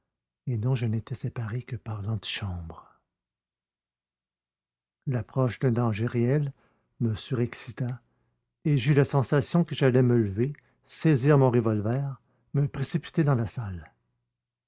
et dont je n'étais séparé que par l'antichambre l'approche d'un danger réel me surexcita et j'eus la sensation que j'allais me lever saisir mon revolver et me précipiter dans cette salle